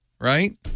right